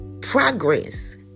progress